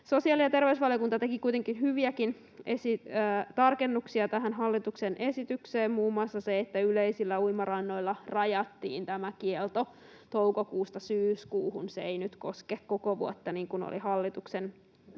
Sosiaali- ja terveysvaliokunta teki kuitenkin hyviäkin tarkennuksia tähän hallituksen esitykseen, muun muassa sen, että yleisillä uimarannoilla rajattiin tämä kielto toukokuusta syyskuuhun. Se ei nyt koske koko vuotta, niin kuin oli hallituksen